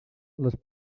les